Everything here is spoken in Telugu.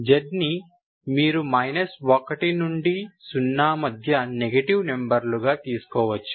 z ని మీరు 1 నుండి 0 మధ్య నెగిటివ్ నెంబర్లు గా తీసుకోవచ్చు